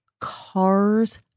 cars